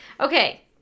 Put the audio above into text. Okay